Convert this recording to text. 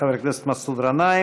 חבר הכנסת מסעוד גנאים.